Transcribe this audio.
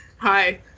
hi